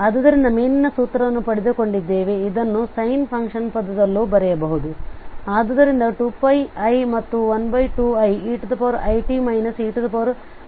ಆದ್ದರಿಂದ ಮೇಲಿನ ಸೂತ್ರವನ್ನು ಪಡೆದುಕೊಂಡಿದ್ದೇವೆ ಇದನ್ನು ಸೈನ್ ಫಂಕ್ಷನ್ ಪದದಲ್ಲೂ ಬರೆಯಬಹುದು ಆದ್ದರಿಂದ 2πi ಮತ್ತು 12ieit e it ಅನ್ನು sin t ಎಂದು ಬರೆಯಬಹುದು